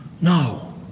No